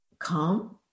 Calm